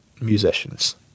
musicians